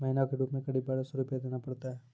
महीना के रूप क़रीब बारह सौ रु देना पड़ता है?